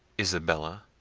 isabella,